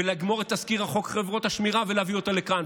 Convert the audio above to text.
ולגמור את תזכיר החוק חברות השמירה ולהביא אותו לכאן,